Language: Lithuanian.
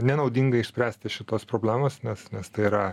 nenaudinga išspręsti šitos problemos nes nes tai yra